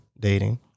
dating